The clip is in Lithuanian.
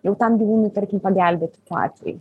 jau tam gyvūnui tarkim pagelbėti tuo atveju